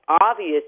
obvious